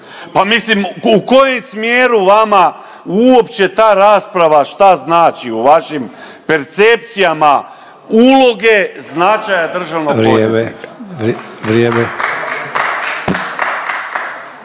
Pa mislim u kojem smjeru vama uopće ta rasprava šta znači u vašim percepcijama uloge značaja državnog odvjetnika.